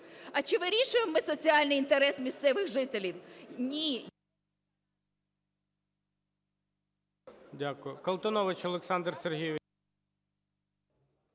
А чи вирішуємо ми соціальний інтерес місцевих жителів? Ні.